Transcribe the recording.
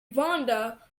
vonda